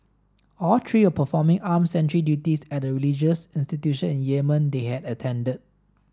all three are performing arm sentry duties at a religious institution in Yemen they had attended